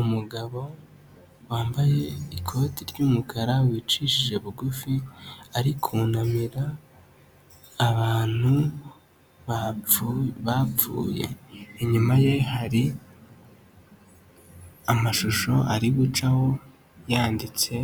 Umugabo wambaye ikoti ry'umukara wicishije bugufi ari kunamira abantu bapfuye, inyuma ye hari amashusho ari gucaho yanditse